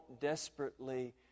desperately